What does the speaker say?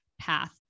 path